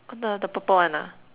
oh no I'm the the purple one ah